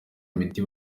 miti